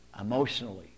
emotionally